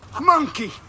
Monkey